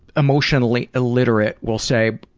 emotionally illiterate will say,